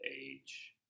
age